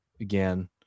again